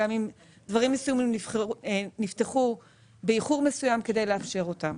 גם אם דברים מסוימים נפתחו באיחור מסוים כדי לאפשר אותם.